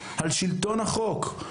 על שלטון החוק,